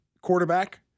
quarterback